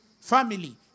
Family